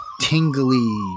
tingly